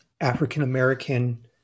African-American